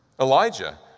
Elijah